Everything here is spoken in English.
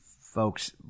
folks